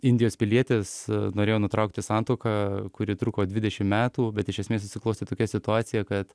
indijos pilietis norėjo nutraukti santuoką kuri truko dvidešimt metų bet iš esmės susiklostė tokia situacija kad